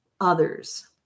others